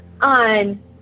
on